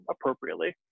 appropriately